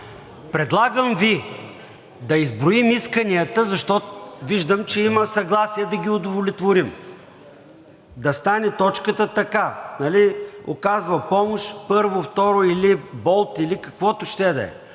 Предлагам Ви да изброим исканията, защото виждам, че има съгласие да ги удовлетворим и точката да стане така: „Оказва помощ – първо, второ, или болт, или каквото ще да е,